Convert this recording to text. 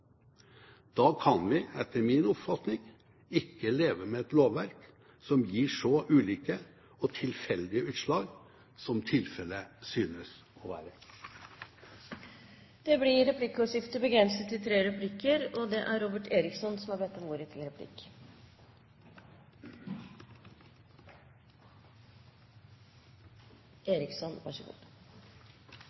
Da kan vi etter min oppfatning ikke leve med et lovverk som gir så ulike og tilfeldige utslag som tilfellet synes å være. Det blir replikkordskifte. Som representanten sikkert er innforstått med, kan man ikke ved ny AFP, hvis man har uføretrygd før man er 62 år, motta AFP etter 62 år. Arbeiderpartiet sa som